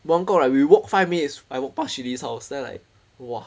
buangkok right we walk five minutes I walk pass chin lee's house then I like !wah!